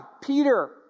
Peter